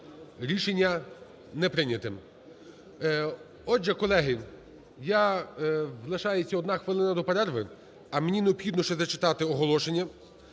Рішення не прийнято. Отже, колеги, лишається одна хвилина до перерви, а мені необхідно ще зачитати оголошення.